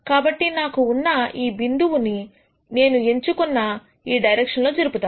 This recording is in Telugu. కాబట్టి నాకు ఉన్న ఈ బిందువుని నేను ఎంచుకున్న ఈ డైరెక్షన్ లో జరుపుతాను